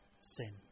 sin